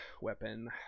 weapon